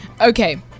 Okay